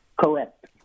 Correct